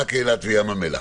רק אילת וים המלח.